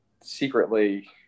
secretly